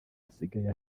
asigaye